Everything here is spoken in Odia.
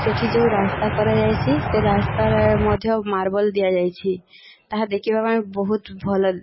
ସେଠି ଯେଉଁ ରାସ୍ତା କରାଯାଇଛି ସେ ରାସ୍ତାରେ ମଧ୍ୟ ମାର୍ବଲ ଦିଆଯାଇଛି ତାହା ଦେଖିବା ପାଇଁ ବହୁତ ଭଲ